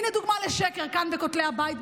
הינה דוגמה לשקר כאן בין כותלי הבית.